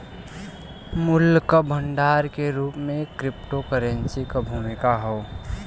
मूल्य क भंडार के रूप में क्रिप्टोकरेंसी क भूमिका हौ